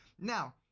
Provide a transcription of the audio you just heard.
Now